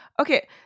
Okay